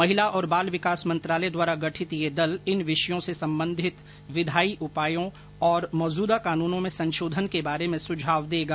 महिला और बाल विकास मंत्रालय द्वारा गठित यह दल इन विषयों से संबंधित विधायी उपायों और मौजूदा कानूनों में संशोधन के बारे में सुझाव देगा